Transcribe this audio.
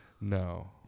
No